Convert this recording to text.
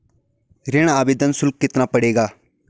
ऋण आवेदन शुल्क कितना पड़ेगा?